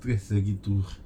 stress ah gitu